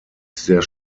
sehr